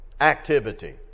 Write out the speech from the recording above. Activity